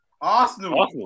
Arsenal